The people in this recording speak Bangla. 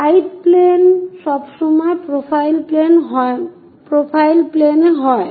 সাইড প্লেন সবসময় প্রোফাইল প্লেন হয়